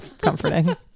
comforting